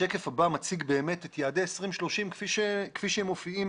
השקף הבא מציג את יעדי 2030 כפי שהם מופיעים